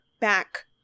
back